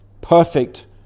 perfect